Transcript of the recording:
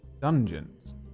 dungeons